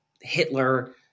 Hitler